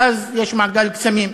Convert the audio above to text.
ואז יש מעגל קסמים,